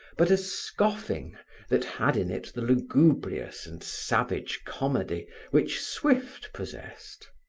but a scoffing that had in it the lugubrious and savage comedy which swift possessed.